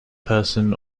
person